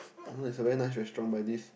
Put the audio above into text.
I know is a very nice restaurant but this